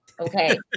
Okay